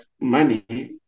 money